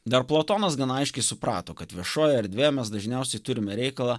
dar platonas gana aiškiai suprato kad viešoje erdvėje mes dažniausiai turime reikalą